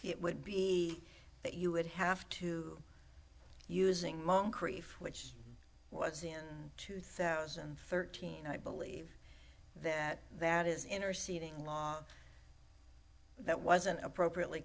it would be that you would have to using mon crieff which was in two thousand and thirteen i believe that that is interceding law that wasn't appropriately